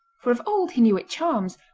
for of old he knew it charms,